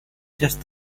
just